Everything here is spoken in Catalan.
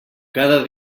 cada